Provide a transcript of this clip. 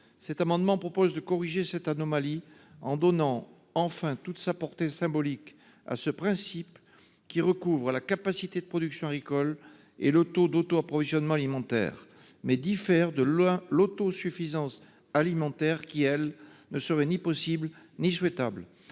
cet amendement propose de corriger cette anomalie en donnant enfin toute sa portée symbolique à ce principe qui recouvre la capacité de production agricole et le taux d'auto-approvisionnement alimentaire mais diffère de loin l'auto-suffisance alimentaire qui elle ne serait ni possible ni souhaitable.